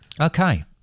Okay